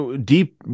deep